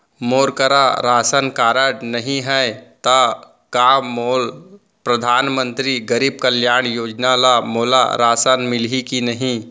मोर करा ration card नहीं है त का मोल परधानमंतरी गरीब कल्याण योजना ल मोला राशन मिलही कि नहीं?